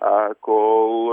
a kol